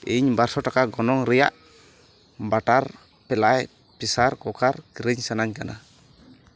ᱤᱧ ᱵᱟᱨᱥᱚ ᱴᱟᱠᱟ ᱜᱚᱱᱚᱝ ᱨᱮᱭᱟᱜ ᱵᱟᱴᱟᱨ ᱯᱷᱞᱟᱭ ᱯᱷᱮᱥᱟᱨ ᱠᱩᱠᱟᱨ ᱠᱤᱨᱤᱧ ᱥᱟᱱᱟᱧ ᱠᱟᱱᱟ